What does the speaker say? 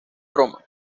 roma